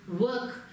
work